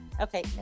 okay